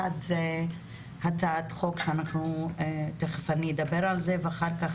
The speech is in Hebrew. אחת זה הצעת חוק שתכף אני אדבר על זה ואחר כך